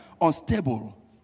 unstable